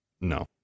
No